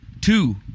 two